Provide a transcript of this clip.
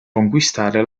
conquistare